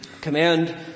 command